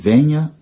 Venha